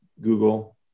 Google